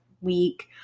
week